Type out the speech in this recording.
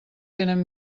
tenen